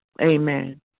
Amen